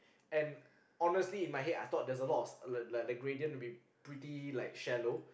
and honestly in my head I thought that there's a lot of like the gradient will be pretty like shallow